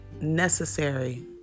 necessary